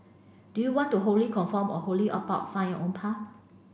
do you want to wholly conform or wholly opt out find your own path